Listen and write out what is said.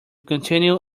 continue